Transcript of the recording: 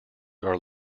are